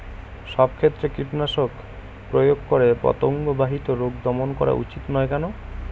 সব ক্ষেত্রে কীটনাশক প্রয়োগ করে পতঙ্গ বাহিত রোগ দমন করা উচিৎ নয় কেন?